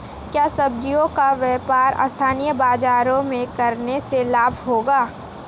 क्या सब्ज़ियों का व्यापार स्थानीय बाज़ारों में करने से लाभ होगा?